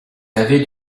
avez